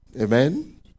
Amen